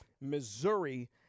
Missouri